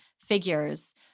figures